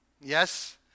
yes